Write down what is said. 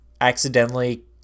accidentally